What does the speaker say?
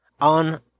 on